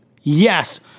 Yes